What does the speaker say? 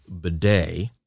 bidet